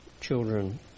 children